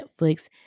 Netflix